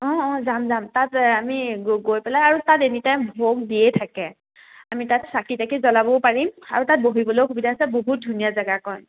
অঁ অঁ যাম যাম তাত আমি গৈ গৈ পেলাই আৰু তাত এনিটাইম ভোগ দিয়ে থাকে আমি তাত চাকি তাকি জ্বলাবও পাৰিম আৰু তাত বহিবলৈও সুবিধা আছে বহুত ধুনীয়া জেগাকণ